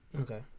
okay